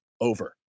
over